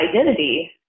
identity